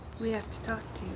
we have to talk